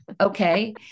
Okay